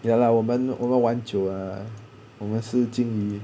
ya lah 我们我们玩很久 ah 我们是静怡